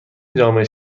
جامعه